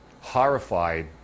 horrified